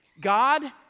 God